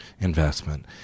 investment